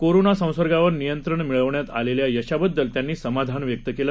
corona संसर्गावर नियंत्रण मिळवण्यात आलेल्या यशाबद्दल त्यांनी समाधान व्यक्त केलं